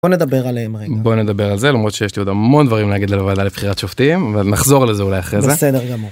בוא נדבר עליהם - בוא נדבר על זה למרות שיש לי עוד המון דברים להגיד על הוועדה לבחירת שופטים ונחזור לזה אולי אחרי זה - בסדר גמור